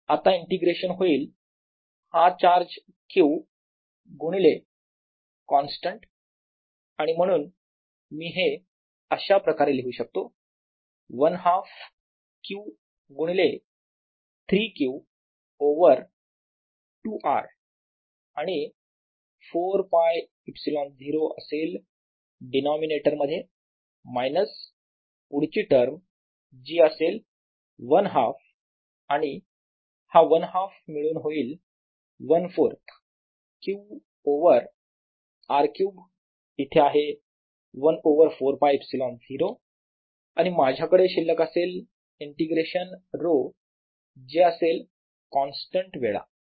आता इंटिग्रेशन होईल हा चार्ज Q गुणिले कॉन्स्टंट आणि म्हणून मी हे अशा प्रकारे लिहू शकतो 1 हाफ Q गुणिले 3 Q ओव्हर 2 R आणि 4 π ε0 असेल डिनोमिनिटर मध्ये मायनस पुढची टर्म जी असेल 1 हाफ आणि हा 1 हाफ मिळून होईल 1 4थ Q ओवर R क्यूब इथे आहे 1 ओवर 4 π ε0 आणि माझ्याकडे शिल्लक असेल इंटिग्रेशन ρ जे असेल कॉन्स्टंट वेळा